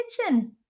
kitchen